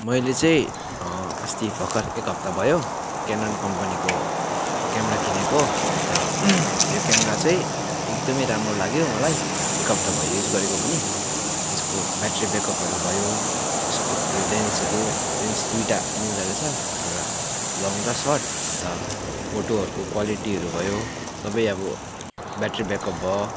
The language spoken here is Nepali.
मैले चाहिँ अस्ति भर्खर एक हप्ता भयो केनन कम्पनीको क्यामरा किनेको अन्त यो क्यामरा चाहिँ एकदमै राम्रो लाग्यो मलाई एक हप्ता भयो युज गरेको पनि अन्त यसको ब्याट्री ब्याकअपहरू भयो यसको यो लेन्सहरू लेन्स दुईवटा मिल्दा रहेछ एउटा लङ र सर्ट अन्त फोटोहरूको क्वालिटीहरू भयो सबै अब ब्याट्री ब्याकअप भयो